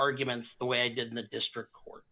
arguments the way i did in the district court